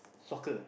soccer ah